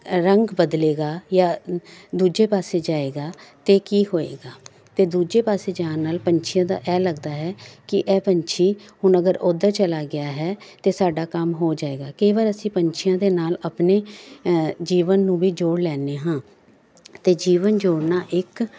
ਰੰਗ ਬਦਲੇਗਾ ਜਾਂ ਦੂਜੇ ਪਾਸੇ ਜਾਏਗਾ ਅਤੇ ਕੀ ਹੋਏਗਾ ਅਤੇ ਦੂਜੇ ਪਾਸੇ ਜਾਣ ਨਾਲ ਪੰਛੀਆਂ ਦਾ ਇਹ ਲੱਗਦਾ ਹੈ ਕਿ ਇਹ ਪੰਛੀ ਹੁਣ ਅਗਰ ਓਧਰ ਚਲਾ ਗਿਆ ਹੈ ਅਤੇ ਸਾਡਾ ਕੰਮ ਹੋ ਜਾਏਗਾ ਕਈ ਵਾਰ ਅਸੀਂ ਪੰਛੀਆਂ ਦੇ ਨਾਲ ਆਪਣੇ ਜੀਵਨ ਨੂੰ ਵੀ ਜੋੜ ਲੈਂਦੇ ਹਾਂ ਅਤੇ ਜੀਵਨ ਜੋੜਨਾ ਇੱਕ